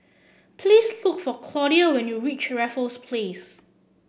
please look for Claudia when you reach Raffles Place